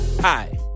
Hi